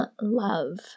love